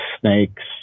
snakes